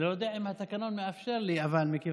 אני לא יודע אם התקנון מאפשר לי, אבל מכיוון,